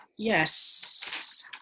Yes